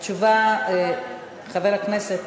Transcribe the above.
חבר הכנסת,